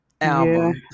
album